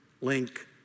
link